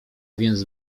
więc